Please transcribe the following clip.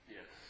Yes